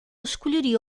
escolheria